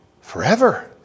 forever